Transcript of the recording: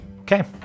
Okay